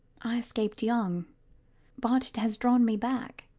i escaped young but it has drawn me back.